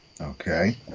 Okay